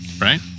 right